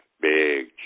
Big